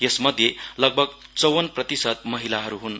यस मध्ये लगभग चौवन प्रतिशत महिलाहरू हुन्